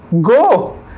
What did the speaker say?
go